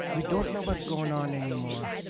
we don't know what's going on anymore.